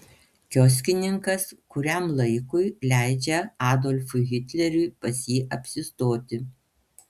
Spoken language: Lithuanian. kioskininkas kuriam laikui leidžia adolfui hitleriui pas jį apsistoti